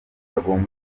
agomba